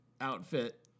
outfit